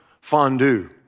fondue